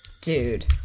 Dude